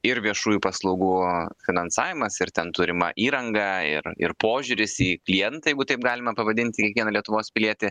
ir viešųjų paslaugų finansavimas ir ten turima įranga ir ir požiūris į klientą jeigu taip galima pavadint kiekvieną lietuvos pilietį